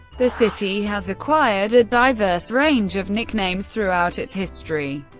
the city has acquired a diverse range of nicknames throughout its history,